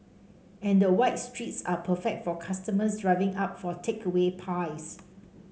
and the wide streets are perfect for customers driving up for takeaway pies